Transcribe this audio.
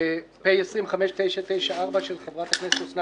מיעוט מיזוג הצעות חוק לשכת עורכי הדין